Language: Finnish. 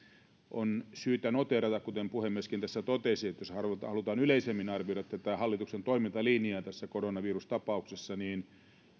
on syytä noteerata kuten puhemieskin tässä totesi että jos halutaan yleisemmin arvioida hallituksen toimintalinjaa tässä koronavirustapauksessa niin